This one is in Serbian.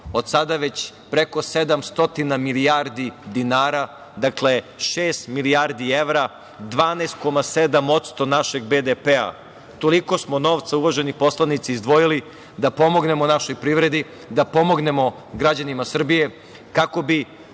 od sada već preko 700 milijardi dinara, dakle šest milijardi evra, 12,7% našeg BDP-a. Toliko smo novca, uvaženi poslanici izdvojili da pomognemo našoj privredi, da pomognemo građanima Srbije kako bi